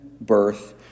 birth